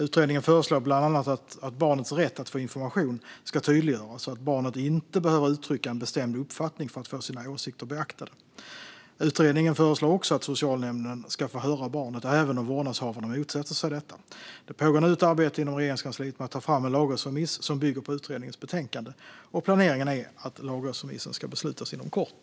Utredningen föreslår bland annat att barnets rätt att få information ska tydliggöras och att barnet inte behöver uttrycka en bestämd uppfattning för att få sina åsikter beaktade. Utredningen föreslår också att socialnämnden ska få höra barnet även om vårdnadshavarna motsätter sig detta. Det pågår nu ett arbete inom Regeringskansliet med att ta fram en lagrådsremiss som bygger på utredningens betänkande. Planeringen är att lagrådsremissen ska beslutas inom kort.